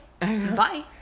bye